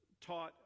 taught